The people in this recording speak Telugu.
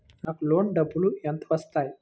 నాకు లోన్ డబ్బులు ఎంత వస్తాయి?